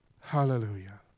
Hallelujah